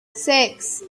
six